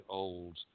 old